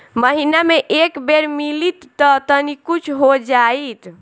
महीना मे एक बेर मिलीत त तनि कुछ हो जाइत